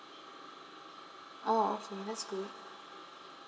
oh awesome that's good